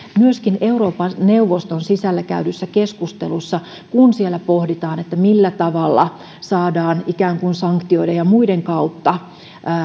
myöskin euroopan neuvoston sisällä käydyissä keskusteluissa kun siellä pohditaan millä tavalla saadaan ikään kuin sanktioiden ja muiden kautta